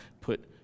Put